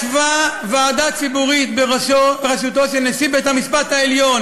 ישבה ועדה ציבורית בראשותו של נשיא בית-המשפט העליון